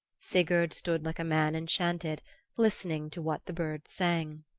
sigurd stood like a man enchanted listening to what the birds sang.